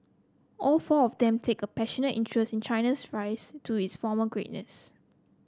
all four of them take a passionate interest in China's rise to its former greatness